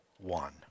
one